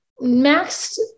Max